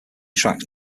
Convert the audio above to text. tracks